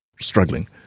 struggling